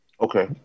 okay